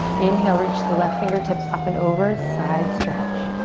inhale, reach the left fingertips up and over, side stretch.